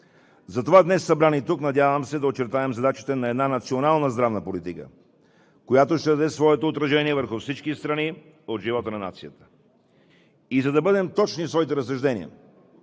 Затова днес, събрани тук, се надявам да очертаем задачите на национална здравна политика, която ще даде своето отражение върху всички страни от живота на нацията. За да бъдем точни в своите разсъждения,